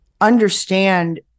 understand